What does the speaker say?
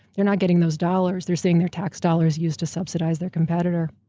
they're not getting those dollars. they're seeing their tax dollars used to subsidize their competitor.